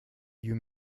you